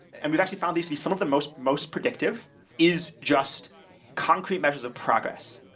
and we've actually found these to be some of the most most predictive is just concrete measures progress.